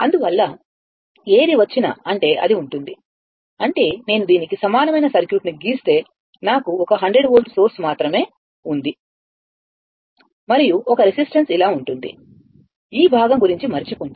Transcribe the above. అందువల్ల ఏది వచ్చినా అంటే అది ఉంటుంది అంటే నేను దీనికి సమానమైన సర్క్యూట్ను గీస్తే నాకు ఒక 100 వోల్ట్ సోర్స్ మాత్రమే ఉంది మరియు ఒక రెసిస్టెన్స్ ఇలా ఉంటుంది ఈ భాగం గురించి మరచిపోండి